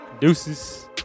Deuces